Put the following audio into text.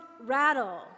rattle